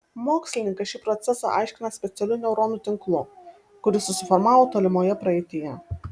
mokslininkas šį procesą aiškina specialiu neuronų tinklu kuris susiformavo tolimoje praeityje